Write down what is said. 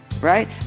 right